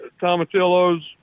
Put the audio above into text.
tomatillos